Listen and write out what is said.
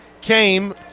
came